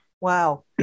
Wow